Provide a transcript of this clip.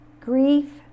Grief